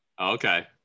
Okay